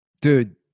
Dude